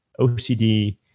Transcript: OCD